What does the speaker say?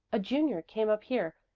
a junior, came up here.